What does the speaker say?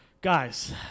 Guys